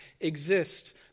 exists